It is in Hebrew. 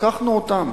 לקחנו אותם,